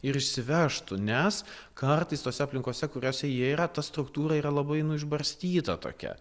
ir išsivežtų nes kartais tose aplinkose kuriose jie yra ta struktūra yra labai nu išbarstyta tokia